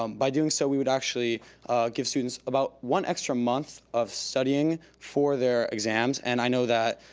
um by doing so, we would actually give students about one extra month of studying for their exams and i know that,